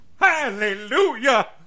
Hallelujah